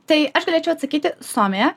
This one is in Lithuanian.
tai aš galėčiau atsakyti suomija